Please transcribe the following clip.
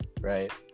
right